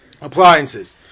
appliances